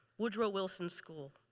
woodrow wilson school.